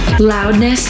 Loudness